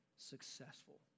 successful